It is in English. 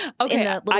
Okay